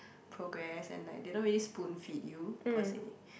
progress and like they don't really spoon feed you per se